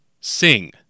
Sing